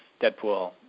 Deadpool